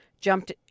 Jumped